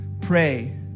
pray